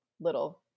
little